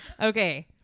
Okay